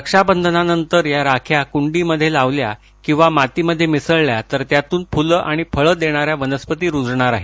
रक्षाबधनानंतर या राख्या कुंडीमध्ये लावल्या किंवा मातीमध्ये मिसळल्या तर त्यातून फुलं आणि फळं देणाऱ्या वनस्पती रुजणार आहेत